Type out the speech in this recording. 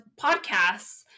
podcasts